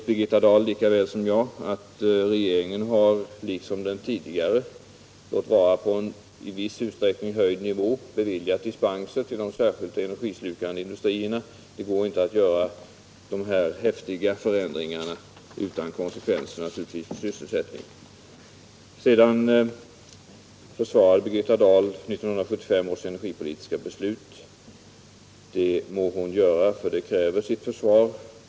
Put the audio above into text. Birgitta Dahl vet lika väl som jag att den nuvarande regeringen liksom den tidigare, låt vara på en i viss utsträckning höjd nivå, har beviljat dispenser till de särskilt energislukande industrierna. Det går naturligtvis inte att göra sådana här häftiga förändringar utan konsekvenser för sysselsättningen. Birgitta Dahl försvarade 1975 års energipolitiska beslut. Det må hon göra, för det kräver sitt försvar.